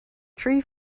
tree